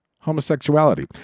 homosexuality